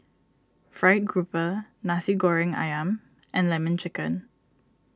Fried Grouper Nasi Goreng Ayam and Lemon Chicken